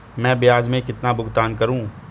मैं ब्याज में कितना भुगतान करूंगा?